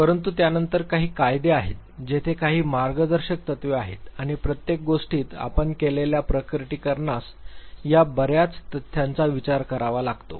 परंतु त्यानंतर काही कायदे आहेत तेथे काही मार्गदर्शक तत्त्वे आहेत आणि प्रत्येक गोष्टीत आपण केलेल्या प्रकटीकरणास या बर्याच तथ्यांचा विचार करावा लागतो